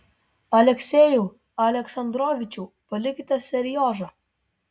aleksejau aleksandrovičiau palikite seriožą